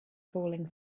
falling